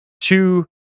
two